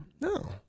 No